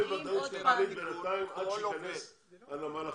יש להם ודאות כלכלית בינתיים עד שייכנס הנמל החדש.